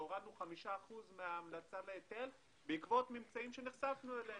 הורדנו 5% מההמלצה להיטל בעקבות ממצאים שנחשפנו אליהם.